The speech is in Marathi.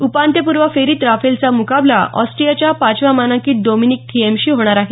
उपांत्यपूर्व फेरीत राफेलचा मुकाबला ऑस्ट्रियाच्या पाचव्या मानांकित डोमिनिक थिएमशी होणार आहे